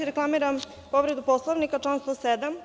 Reklamiram povredu Poslovnika, član 107.